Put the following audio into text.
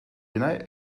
deny